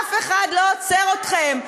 ואף אחד לא עוצר אתכם.